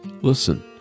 Listen